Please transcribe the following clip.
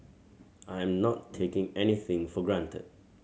I am not taking anything for granted